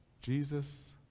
Jesus